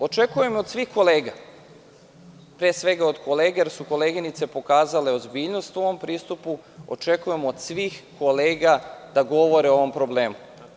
Očekujem od svih kolega, pre svega od kolega, jer su koleginice pokazale ozbiljnost u ovom pristupu, da govore o ovom problemu.